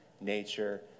nature